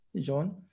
John